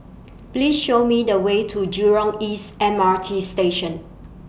Please Show Me The Way to Jurong East M R T Station